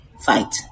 fight